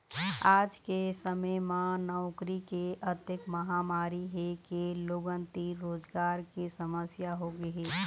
आज के समे म नउकरी के अतेक मारामारी हे के लोगन तीर रोजगार के समस्या होगे हे